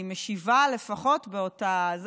אני משיבה לפחות באותה,